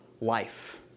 life